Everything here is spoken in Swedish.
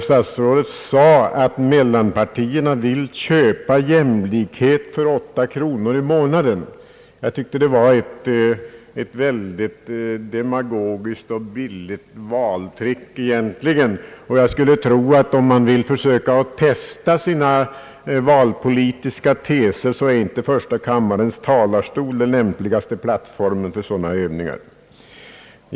Statsrådet sade att mellanpartierna vill köpa jämlikhet för 8 kronor i månaden. Jag tyckte att det var ett väldigt demagogiskt yttrande, ett billigt valtrick egentligen. Och jag skulle tro att om man vill testa sina valpolitiska teser är inte första kammarens talarstol den lämpligaste plattformen för sådana Öövningar.